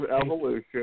evolution